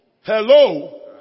Hello